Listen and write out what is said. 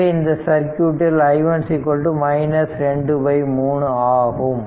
எனவே இந்த சர்க்யூட்டில் i1 2 3 ஆகும்